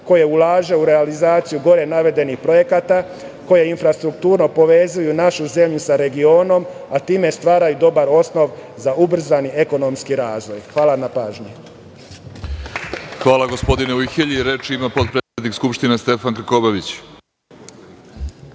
koje ulaže u realizaciju gore navedenih projekata koji infrastrukturno povezuju našu zemlju sa regionom, a time stvaraju dobar osnov za ubrzani ekonomski razvoj. Hvala na pažnji. **Vladimir Orlić** Hvala, gospodine Ujhelji. Reč ima potpredsednik Skupštine, Stefan Krkobabić. Izvolite.